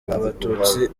abatutsi